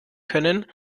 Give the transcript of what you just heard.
können